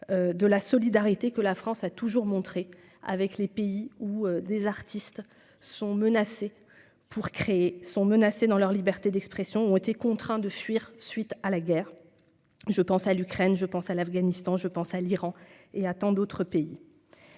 de la solidarité, que la France a toujours montré avec les pays où des artistes sont menacés pour créer, sont menacés dans leur liberté d'expression, ont été contraints de fuir suite à la guerre, je pense à l'Ukraine, je pense à l'Afghanistan, je pense à l'Iran et à tant d'autres pays,